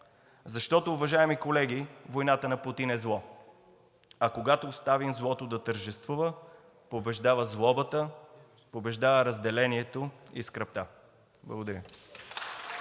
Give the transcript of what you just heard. Защото, уважаеми колеги, войната на Путин е зло, а когато оставим злото да тържествува, побеждава злобата, побеждава разделението и скръбта. Благодаря.